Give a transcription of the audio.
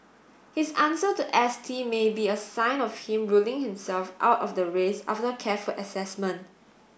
his answer to S T may be a sign of him ruling himself out of the race after careful assessment